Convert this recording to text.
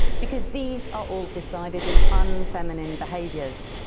because these are all decidedly unfeminine behaviours.